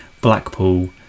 Blackpool